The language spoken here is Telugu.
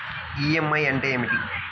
ఈ.ఎం.ఐ అంటే ఏమిటి?